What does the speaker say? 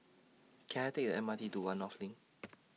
Can I Take The M R T to one North LINK